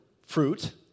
fruit